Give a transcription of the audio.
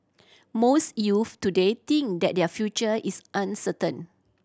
most youths today think that their future is uncertain